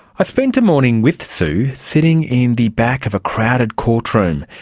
i spent a morning with su, sitting in the back of a crowded courtroom,